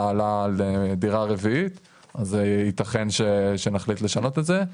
ההעלאה לדירה הרביעית אז ייתכן שנחליט לשנות את זה.